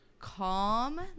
calm